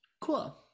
cool